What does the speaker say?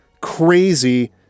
crazy